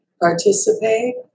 participate